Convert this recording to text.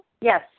Yes